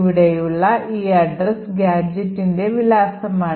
ഇവിടെയുള്ള ഈ address ഗാഡ്ജെറ്റിന്റെ വിലാസമാണ്